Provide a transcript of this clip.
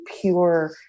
pure